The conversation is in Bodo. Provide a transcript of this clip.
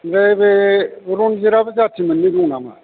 ओमफ्राय बे रनजिदाबो जाथि मोननै दं नामा